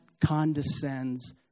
condescends